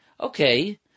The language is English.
Okay